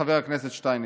חבר הכנסת שטייניץ.